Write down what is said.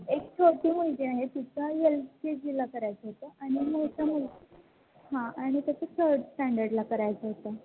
एक छोटी मुलगी आहे तिचं येल के जीला करायचं होतं आणि मोठा मूल हां आणि त्याचं थड स्टँडडला करायचं होतं